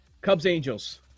Cubs-Angels